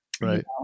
right